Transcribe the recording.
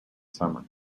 summer